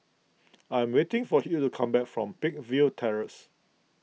I am waiting for Hugh to come back from Peakville Terrace